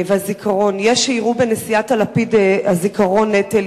יש שיראו בנשיאת לפיד הזיכרון נטל,